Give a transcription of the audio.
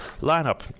lineup